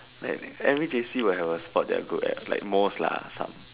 like every J_C will have a sport that they are good at like most lah some